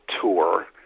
tour